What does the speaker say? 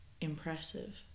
impressive